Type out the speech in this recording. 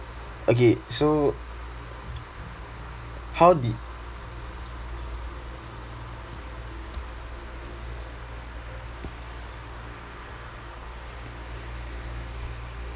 okay so how did